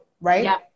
right